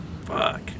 Fuck